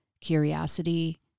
curiosity